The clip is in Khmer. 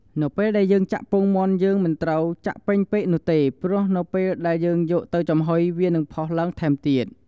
នៅពេលដែលយើងចាក់ពងមាន់យើងមិនត្រូវចាក់ពេញពេកនោះទេ ព្រោះនៅពេលដែលយើងយកទៅចំហុយវានឹងផុលឡើងថែមទៀត។